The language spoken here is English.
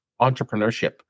entrepreneurship